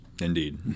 Indeed